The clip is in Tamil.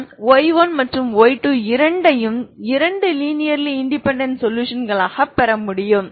நான் y1 மற்றும் y2 இரண்டையும் இரண்டு லினேர்லி இன்டெபேன்டென்ட் சொலுஷன்களாகப் பெற முடியும்